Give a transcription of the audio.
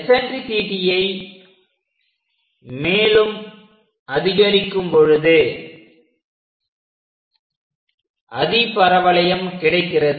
எஸன்ட்ரிசிட்டியை மேலும் அதிகரிக்கும் பொழுது அதிபரவளையம் கிடைக்கிறது